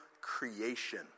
creation